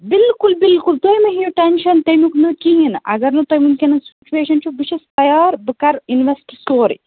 بِلکُل بِلکُل تُہۍ مہٕ ہیٚیِو ٹیٚنشن تَمِیُک نہٕ کِہنۍ اگر نہٕ توٚہہِ وٕنکیٚنس سُچویشَن چھوٕ بہٕ چھس تَیار بہٕ کَرٕ اِنویٚسٹ سورٕےٛ